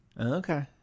Okay